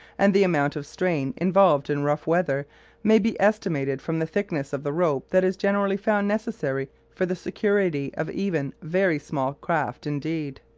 and the amount of strain involved in rough weather may be estimated from the thickness of the rope that is generally found necessary for the security of even very small craft indeed.